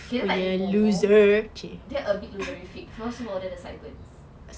kira tak emo dia a bit loser so he order the side burn